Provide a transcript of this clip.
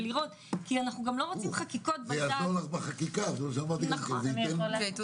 אנחנו לא רוצים חקיקות בזק --- תודה